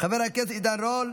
חבר הכנסת עידן רול,